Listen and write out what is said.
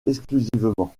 exclusivement